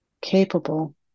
capable